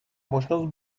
možnost